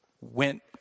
went